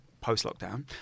post-lockdown